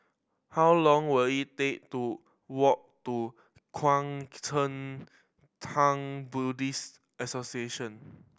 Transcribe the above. how long will it take to walk to Kuang Chee Tng Buddhist Association